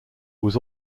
was